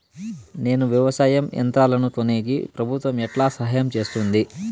నేను వ్యవసాయం యంత్రాలను కొనేకి ప్రభుత్వ ఎట్లా సహాయం చేస్తుంది?